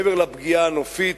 מעבר לפגיעה הנופית,